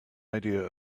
idea